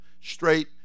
straight